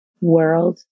world